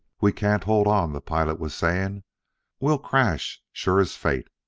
we can't hold on, the pilot was saying we'll crash sure as fate.